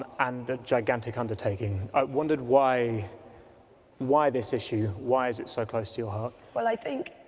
and a gigantic undertaking. i wondered why why this issue? why is it so close to your heart? well i think